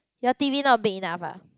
your T_V not big enough ah